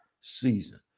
season